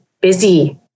busy